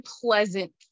pleasant